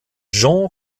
jean